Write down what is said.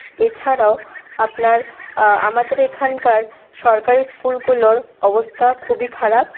এছাড়াও আপনার আমাদের এখানকার সরকারি স্কুলগুলোর অবস্থা খুবই খারাপ